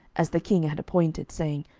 as the king had appointed, saying,